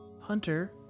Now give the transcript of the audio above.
Hunter